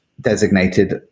designated